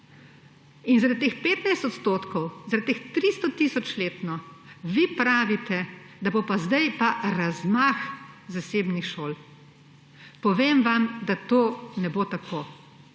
In zaradi teh 15 odstotkov, zaradi teh 300 tisoč letno vi pravite, da bo pa sedaj razmah zasebnih šol. Povem vam, da to ne bo tako.